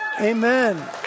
Amen